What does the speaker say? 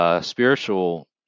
Spiritual